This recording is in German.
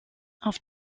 auf